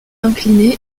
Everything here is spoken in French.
incliné